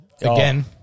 Again